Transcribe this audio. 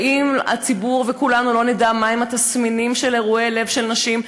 ואם הציבור וכולנו לא נדע מהם התסמינים של אירועי לב של נשים,